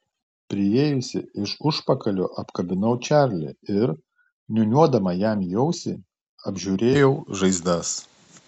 priėjusi iš užpakalio apkabinau čarlį ir niūniuodama jam į ausį apžiūrėjau žaizdas